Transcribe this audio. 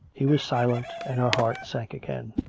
he was silent and her heart sank again.